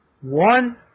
one